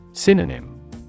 Synonym